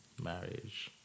Marriage